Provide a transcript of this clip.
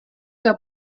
que